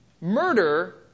murder